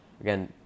again